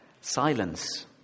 silence